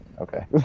okay